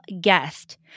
guest